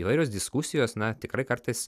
įvairios diskusijos na tikrai kartais